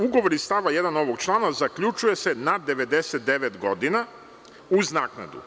Ugovor iz stava 1. ovog člana zaključuje se na 99 godina uz naknadu.